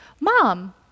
Mom